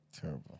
Terrible